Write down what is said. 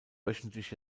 wöchentlich